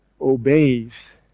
obeys